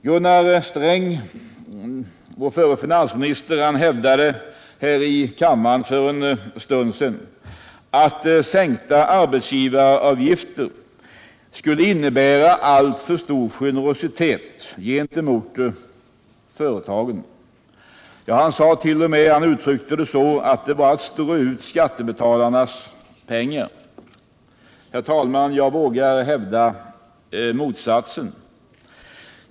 Gunnar Sträng, vår förre finansminister, hävdade här i kammaren för en stund sedan att sänkta arbetsgivaravgifter skulle innebära alltför stor generositet gentemot företagen. Han uttryckte det t.o.m. så, att det var att strö ut skattebetalarnas pengar. Herr talman! Jag vågar hävda motsatsen.